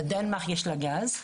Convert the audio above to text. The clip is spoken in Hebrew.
דנמרק יש לה גז,